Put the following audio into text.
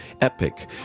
epic